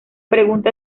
pregunta